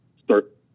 start